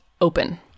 open